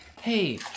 hey